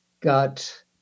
got